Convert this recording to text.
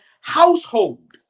household